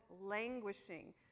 languishing